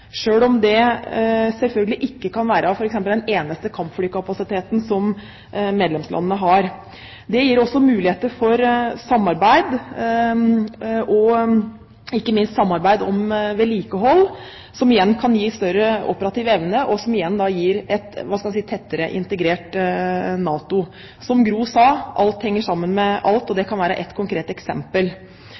om det selvfølgelig ikke kan være den eneste kampflykapasiteten som medlemslandene har. Det gir også muligheter for samarbeid, ikke minst samarbeid om vedlikehold, som igjen kan gi større operativ evne, og som da igjen gir et tettere integrert NATO. Som Gro Harlem Brundtland sa: «Alt henger sammen med alt.» Og det kan være ett konkret eksempel.